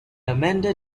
amanda